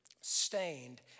stained